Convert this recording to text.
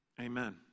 Amen